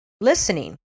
listening